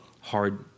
hard